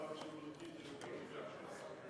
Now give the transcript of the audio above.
זה מספר שרירותי באותה מידה.